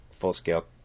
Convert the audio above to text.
full-scale